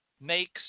makes